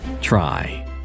Try